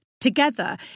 together